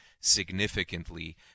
significantly